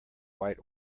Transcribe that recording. white